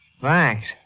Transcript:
Thanks